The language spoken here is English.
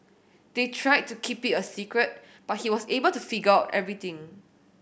they tried to keep it a secret but he was able to figure everything